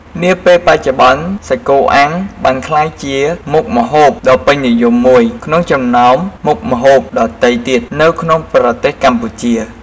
នាពេលបច្ចុប្បន្នសាច់គោអាំងបានក្លាយទៅជាមុខម្ហូបដ៏ពេញនិយមមួយក្នុងចំណោមមុខម្ហូបដទៃទៀតនៅក្នុងប្រទេសកម្ពុជា។